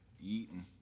Eating